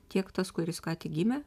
tiek tas kuris ką tik gimė